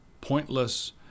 pointless